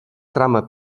trama